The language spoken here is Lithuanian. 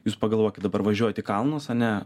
jūs pagalvokit dabar važiuojat į kalnus ane